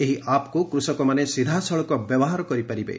ଏହି ଆପ୍କୁ କୃଷକମାନେ ସିଧାସଳଖ ବ୍ୟବହାର କରିପାରିବେ